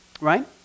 right